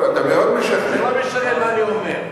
אני תמיד משכנע, ולא משנה מה אני אומר.